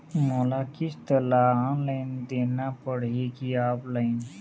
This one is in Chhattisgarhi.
मोला किस्त ला ऑनलाइन देना पड़ही की ऑफलाइन?